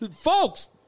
Folks